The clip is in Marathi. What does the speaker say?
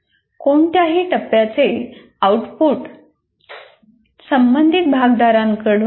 कोणत्याही टप्प्याचे आउटपुट चे संबंधित भागधारकांकडून मुल्यांकन केले जाते